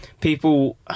people